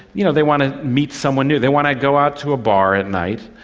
you know they want to meet someone new they want to go out to a bar at night,